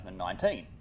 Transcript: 2019